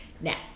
Now